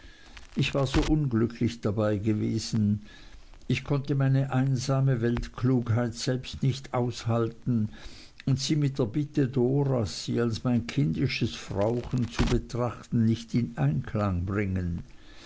ich war so unglücklich dabei gewesen ich konnte meine einsame weltklugheit selbst nicht aushalten und sie mit der bitte doras sie als mein kindisches frauchen zu betrachten nicht in einklang bringen